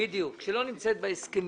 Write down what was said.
-- בדיוק, שלא נמצאת בהסכמים.